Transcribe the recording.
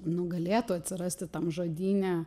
nu galėtų atsirast tam žodyne